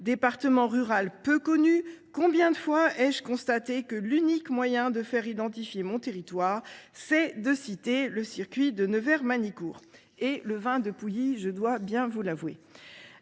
département rural peu connu, combien de fois ai-je constaté que l'unique moyen de faire identifier mon territoire, c'est de citer le circuit de Nevers-Manicourt et le vin de Pouilly, je dois bien vous l'avouer.